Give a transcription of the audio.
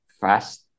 fast